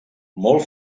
molt